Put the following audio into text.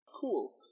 Cool